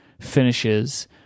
finishes